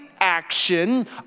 action